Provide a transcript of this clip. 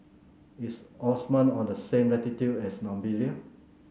is Oman on the same latitude as Namibia